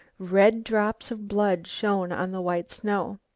red drops of blood shone on the white snow.